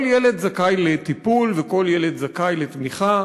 כל ילד זכאי לטיפול, וכל ילד זכאי לתמיכה,